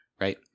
right